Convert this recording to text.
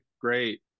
great